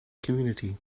community